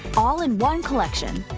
all in one collection.